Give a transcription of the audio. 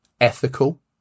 ethical